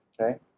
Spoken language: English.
okay